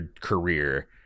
career